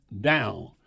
down